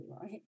right